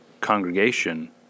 congregation